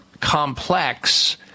complex